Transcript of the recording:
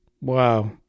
Wow